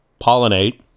pollinate